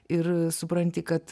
ir supranti kad